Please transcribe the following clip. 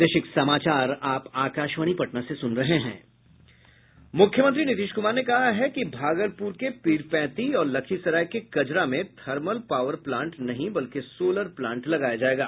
मुख्यमंत्री नीतीश कुमार ने कहा है कि भागलपुर के पिरपैंती और लखीसराय के कजरा में थर्मल पावर प्लांट नहीं बल्कि सोलर प्लांट लगाया जायेगा